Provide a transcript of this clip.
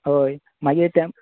हय मागीर तेम